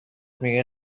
میگه